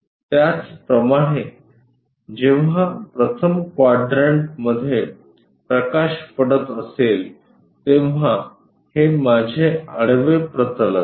त्याचप्रमाणे जेव्हा प्रथम क्वाड्रंटमध्ये प्रकाश पडत असेल तेव्हा ते माझे आडवे प्रतल असेल